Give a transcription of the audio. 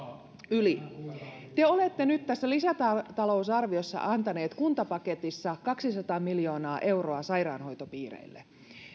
yli te olette nyt tässä lisätalousarviossa antaneet kuntapaketissa kaksisataa miljoonaa euroa sairaanhoitopiireille